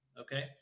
Okay